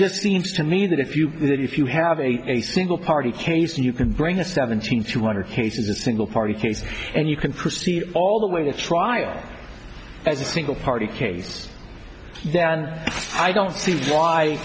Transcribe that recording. just seems to me that if you if you have a a single party case and you can bring a seventeen few hundred cases a single party case and you can see all the way to trial as a single party case then i don't see why